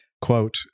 quote